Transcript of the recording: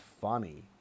funny